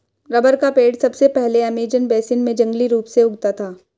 rubber का पेड़ सबसे पहले अमेज़न बेसिन में जंगली रूप से उगता था